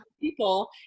people